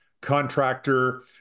Contractor